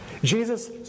Jesus